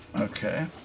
Okay